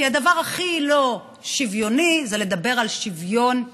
כי הדבר הכי לא שוויוני זה לדבר על שוויון פורמלי.